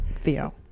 Theo